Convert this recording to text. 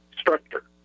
structure